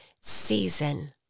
season